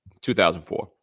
2004